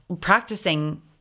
practicing